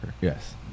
Yes